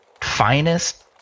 finest